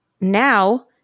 now